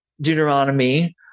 Deuteronomy